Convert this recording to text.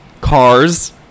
Cars